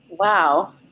Wow